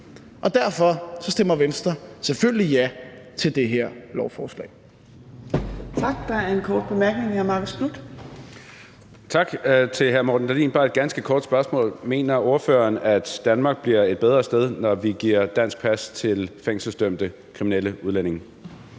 og derfor stemmer Venstre selvfølgelig ja til det her lovforslag.